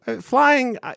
flying